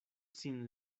sin